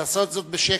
נא לעשות זאת בשקט.